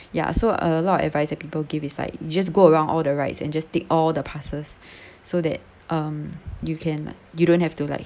ya so a lot of advice that people give it's like just go around all the rides and just take all the passes so that um you can you don't have to like